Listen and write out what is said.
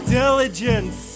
diligence